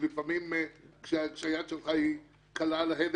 לפעמים כשהיד שלך קלה על ההדק,